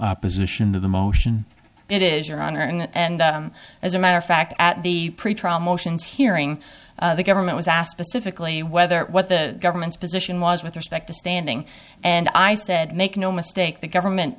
opposition to the motion it is your honor and as a matter of fact at the pretrial motions hearing the government was asked specifically whether what the government's position was with respect to standing and i said make no mistake the government